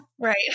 Right